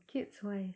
kids why